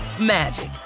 magic